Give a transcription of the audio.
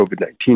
COVID-19